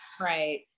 right